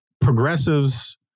progressives